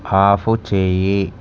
of చేయి